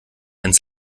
ins